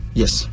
yes